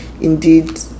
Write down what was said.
indeed